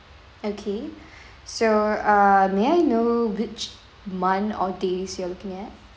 okay so uh may I know which month or days you are looking at